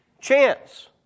Chance